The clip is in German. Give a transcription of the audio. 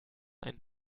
ein